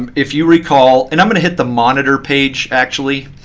if you recall and i'm going to hit the monitor page, actually.